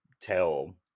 tell